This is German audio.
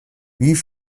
wie